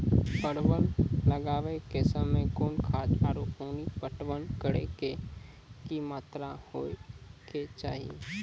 परवल लगाबै के समय कौन खाद आरु पानी पटवन करै के कि मात्रा होय केचाही?